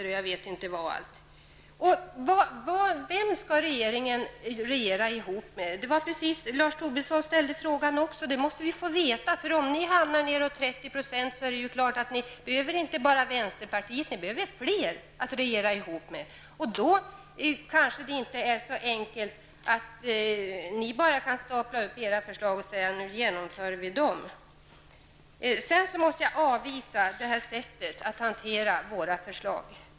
Och vem skall socialdemokraterna regera ihop med? Lars Tobisson ställde också den frågan. Det måste vi få veta, för om ni hamnar någonstans vid 30 %, behöver ni inte bara vänsterpartiets utan fler partiers stöd. Då blir det kanske inte så enkelt, att ni bara kan säga att ni skall genomföra era förslag. Sedan måste jag avvisa detta sätt att hantera våra förslag.